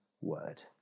word